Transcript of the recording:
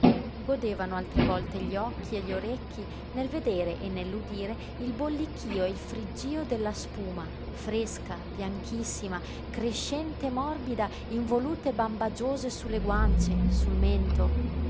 godevano altre volte gli occhi e gli orecchi nel vedere e nell'udire il bollichío e il friggío della spuma fresca bianchissima crescente morbida in volute bambagiose su le guance sul mento